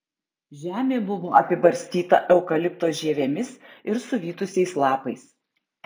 žemė buvo apibarstyta eukalipto žievėmis ir suvytusiais lapais